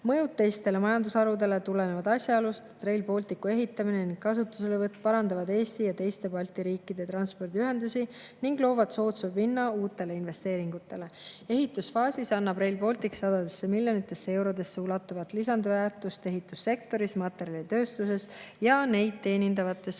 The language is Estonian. Mõjud teistele majandusharudele tulenevad asjaolust, et Rail Balticu ehitamine ja kasutuselevõtt parandab Eesti ja teiste Balti riikide transpordiühendusi ning loob soodsa pinna uutele investeeringutele. Ehitusfaasis annab Rail Baltic sadadesse miljonitesse eurodesse ulatuvat lisandväärtust ehitussektoris, materjalitööstuses ja neid teenindavates